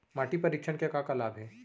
माटी परीक्षण के का का लाभ हे?